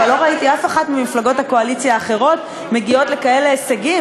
אבל לא ראיתי אף אחת ממפלגות הקואליציה האחרות מגיעה לכאלה הישגים.